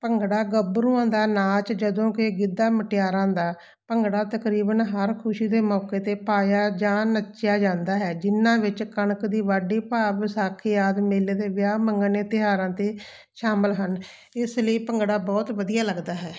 ਭੰਗੜਾ ਗੱਭਰੂਆਂ ਦਾ ਨਾਚ ਜਦੋਂ ਕਿ ਗਿੱਧਾ ਮੁਟਿਆਰਾਂ ਦਾ ਭੰਗੜਾ ਤਕਰੀਬਨ ਹਰ ਖੁਸ਼ੀ ਦੇ ਮੌਕੇ 'ਤੇ ਪਾਇਆ ਜਾਂ ਨੱਚਿਆ ਜਾਂਦਾ ਹੈ ਜਿਹਨਾਂ ਵਿੱਚ ਕਣਕ ਦੀ ਵਾਢੀ ਭਾਵ ਵਿਸਾਖੀ ਆਦਿ ਮੇਲੇ 'ਤੇ ਵਿਆਹ ਮੰਗਣੇ ਤਿਉਹਾਰਾਂ 'ਤੇ ਸ਼ਾਮਲ ਹਨ ਇਸ ਲਈ ਭੰਗੜਾ ਬਹੁਤ ਵਧੀਆ ਲੱਗਦਾ ਹੈ